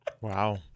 wow